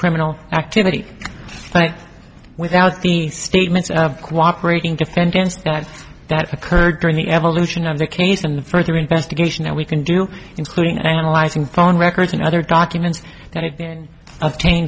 criminal activity but without the statements of cooperation defend against that occurred during the evolution of the case and the further investigation that we can do including analyzing phone records and other documents that have been obtain